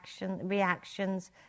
reactions